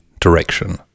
direction